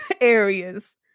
areas